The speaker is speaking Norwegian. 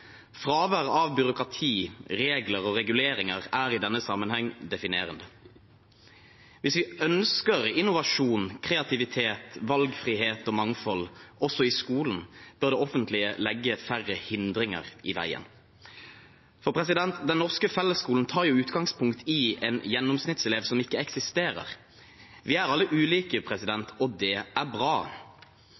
Fravær av byråkrati, regler og reguleringer er i denne sammenheng definerende. Hvis vi ønsker innovasjon, kreativitet, valgfrihet og mangfold også i skolen, bør det offentlige legge færre hindringer i veien. Den norske fellesskolen tar utgangspunkt i en gjennomsnittselev som ikke eksisterer. Vi er alle ulike, og det er bra. Jeg ønsker meg en skole hvor disse ulikhetene anerkjennes og respekteres. Det er bra